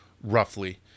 roughly